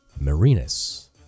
Marinus